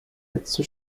letzte